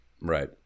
right